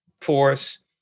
force